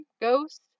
ghost